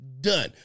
done